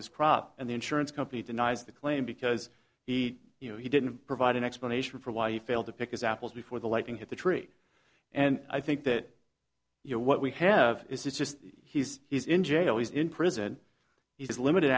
his crop and the insurance company denies the claim because he you know he didn't provide an explanation for why he failed to pick his apples before the lightning hit the tree and i think that you're what we have this is just he's he's in jail he's in prison he's limited